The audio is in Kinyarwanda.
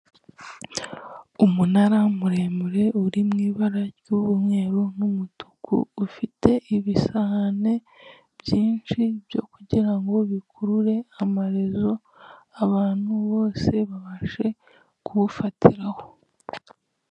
Umunara muremure uri mu ibara ry'umweru n'umutuku ufite ibisahane byinshi byo kugira ngo bikurure amaherezo abantu bose babashe kuwufatiraho.